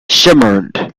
shimmered